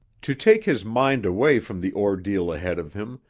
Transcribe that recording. to take his mind away from the ordeal ahead of him,